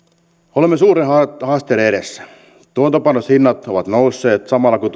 olemme suurten haasteiden edessä tuotantopanoshinnat ovat nousseet samalla kun